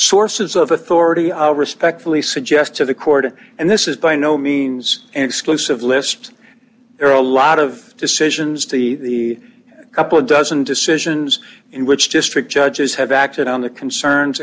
sources of authority respectfully suggest to the court and this is by no means an exclusive list there are a lot of decisions to be the couple of dozen decisions in which district judges have acted on the concerns